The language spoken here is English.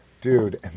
Dude